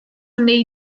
wnei